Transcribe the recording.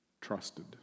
trusted